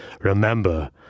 remember